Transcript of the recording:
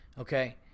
Okay